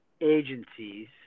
agencies